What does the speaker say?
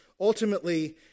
Ultimately